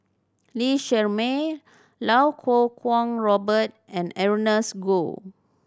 Lee Shermay Lau Kuo Kwong Robert and Ernest Goh